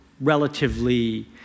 relatively